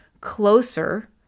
closer